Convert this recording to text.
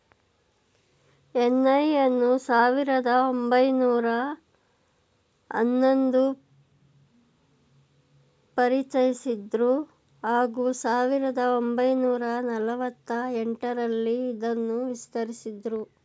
NI ಅನ್ನು ಸಾವಿರದ ಒಂಬೈನೂರ ಹನ್ನೊಂದು ಪರಿಚಯಿಸಿದ್ರು ಹಾಗೂ ಸಾವಿರದ ಒಂಬೈನೂರ ನಲವತ್ತ ಎಂಟರಲ್ಲಿ ಇದನ್ನು ವಿಸ್ತರಿಸಿದ್ರು